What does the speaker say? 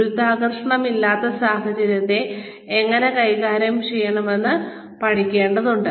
ഗുരുത്വാകർഷണമില്ലാത്ത സാഹചര്യത്തെ എങ്ങനെ കൈകാര്യം ചെയ്യണമെന്ന് അവർ പഠിക്കേണ്ടതുണ്ട്